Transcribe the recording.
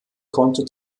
konnte